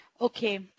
Okay